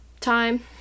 time